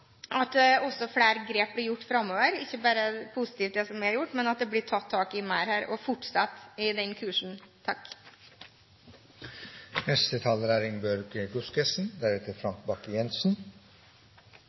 at også flere grep blir tatt framover – ikke bare det positive som er gjort, men at det blir tatt tak i mer her. Fortsett den kursen! Jeg er